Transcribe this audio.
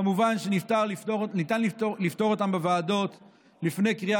כמובן שניתן לפתור אותן בוועדות לפני קריאה